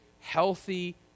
healthy